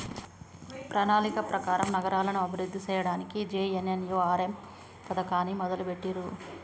ప్రణాళిక ప్రకారం నగరాలను అభివృద్ధి సేయ్యడానికి జే.ఎన్.ఎన్.యు.ఆర్.ఎమ్ పథకాన్ని మొదలుబెట్టిర్రు